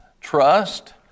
Trust